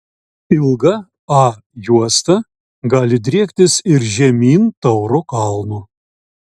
ilga a juosta gali driektis ir žemyn tauro kalnu